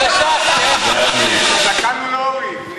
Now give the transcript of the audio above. את הזקן הוא לא הוריד.